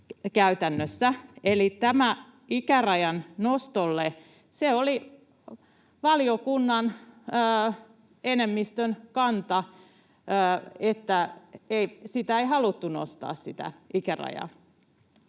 käytännössä. Eli oli valiokunnan enemmistön kanta, että sitä ikärajaa ei haluttu nostaa.